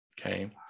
okay